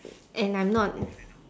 and I'm not